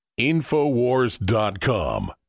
InfoWars.com